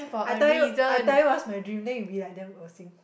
I tell you I tell you what's my dream then you'll be like damn 恶心